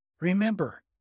Remember